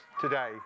today